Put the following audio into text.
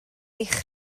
eich